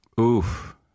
Oof